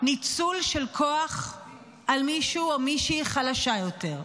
ניצול של כוח על מישהו או מישהי חלשה יותר.